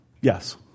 Yes